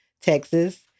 Texas